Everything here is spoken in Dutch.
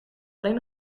alleen